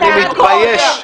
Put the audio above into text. אני מתבייש.